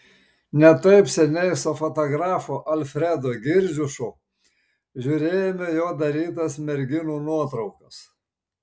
ne taip seniai su fotografu alfredu girdziušu žiūrėjome jo darytas merginų nuotraukas